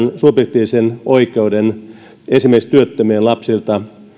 subjektiivisen oikeuden esimerkiksi työttömien lapsilta